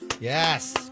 Yes